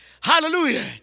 Hallelujah